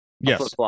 yes